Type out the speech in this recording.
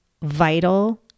vital